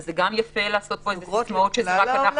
אז זה מאוד יפה לעשות פה סיסמאות שרק אנחנו